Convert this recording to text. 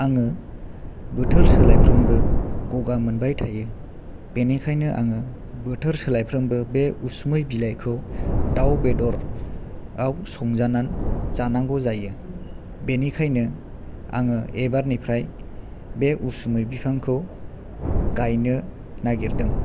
आङो बोथोर सोलायफ्रोमबो गगा मोनबाय थायो बेनिखायनो आङो बोथोर सोलायफ्रामबो बे उसुमै बिलायखौ दाव बेदराव संजानानै जानांगौ जायो बेनिखायनो आङो एबारनिफ्राय बे उसुमै बिफांखौ गायनो नागिरदों